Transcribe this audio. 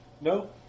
No